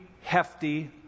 hefty